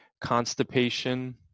constipation